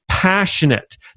passionate